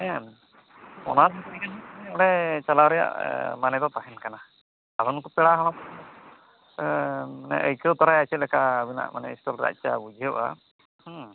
ᱦᱮᱸ ᱚᱸᱰᱮ ᱪᱟᱞᱟᱣ ᱨᱮᱭᱟᱜ ᱢᱟᱱᱮ ᱫᱚ ᱛᱟᱦᱮᱸ ᱠᱟᱱᱟ ᱟᱫᱚ ᱱᱩᱠᱩ ᱯᱮᱲᱟ ᱦᱚᱲ ᱢᱟᱱᱮ ᱟᱹᱭᱠᱟᱹᱣ ᱛᱟᱨᱟᱭᱟ ᱪᱮᱫ ᱞᱮᱠᱟ ᱢᱮᱱᱟᱜᱼᱟ ᱢᱟᱱᱮ ᱥᱴᱳᱞ ᱨᱮᱭᱟᱜ ᱪᱟ ᱵᱩᱡᱷᱟᱹᱜᱼᱟ ᱦᱮᱸ